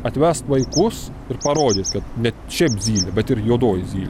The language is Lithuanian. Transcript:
atvesti vaikus ir parodyt kad ne šiaip zylė bet ir juodoji zylė